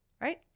right